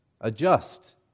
adjust